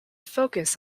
focus